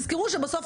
נצפה בסרטון.